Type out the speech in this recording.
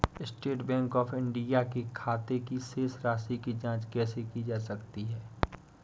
State bank of India के खाते की शेष राशि की जॉंच कैसे की जा सकती है?